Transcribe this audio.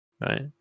Right